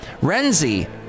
Renzi